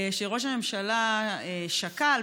שראש הממשלה שקל,